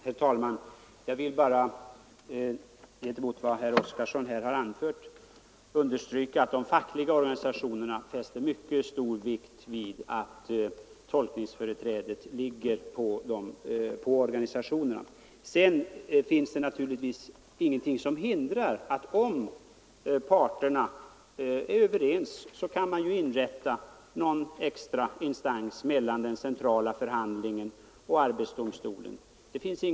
Herr talman! Jag vill bara med anledning av vad herr Oskarson anförde understryka att de fackliga organisationerna fäster mycket stor vikt vid att tolkningsföreträdet ligger hos organisationerna. Sedan är det naturligtvis ingenting som hindrar att man om parterna är överens inrättar en extra instans mellan den centrala förhandlingen och arbetsdomstolen.